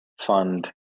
fund